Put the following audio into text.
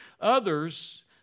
others